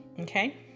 okay